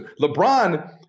LeBron